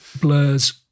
blurs